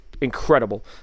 incredible